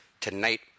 Tonight